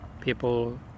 people